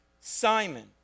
Simon